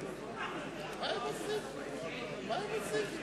יובל שטייניץ,